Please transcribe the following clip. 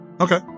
Okay